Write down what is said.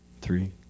Three